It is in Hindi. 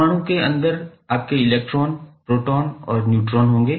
परमाणु के अंदर आपके इलेक्ट्रॉन प्रोटॉन और न्यूट्रॉन होंगे